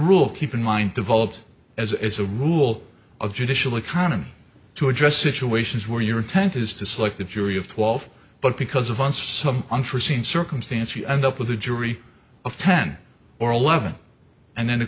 rule keep in mind develops as as a rule of judicial economy to address situations where your intent is to select a jury of twelve but because of on some unforseen circumstances and up with a jury of ten or eleven and then